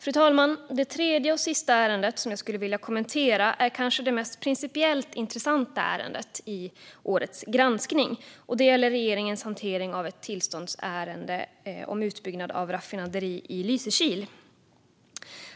Fru talman! Det tredje och sista ärende jag skulle vilja kommentera är kanske det mest principiellt intressanta ärendet i årets granskning. Det gäller regeringens hantering av ett tillståndsärende om utbyggnad av ett raffinaderi i Lysekil.